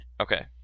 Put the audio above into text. Okay